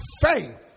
faith